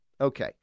Okay